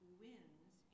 wins